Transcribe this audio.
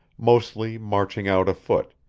mostly marching out afoot,